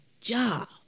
job